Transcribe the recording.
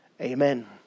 amen